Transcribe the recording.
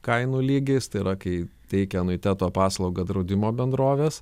kainų lygiais tai yra kai teikia anuiteto paslaugą draudimo bendrovės